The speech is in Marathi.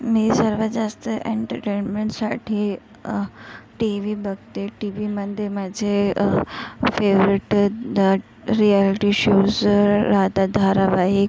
मी सर्वात जास्त एन्टरटेन्मेंटसाठी टी वी बघते टी वीमध्ये माझे फेवरेट रियाल्टी शोज राहतात धारावाहिक